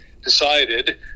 decided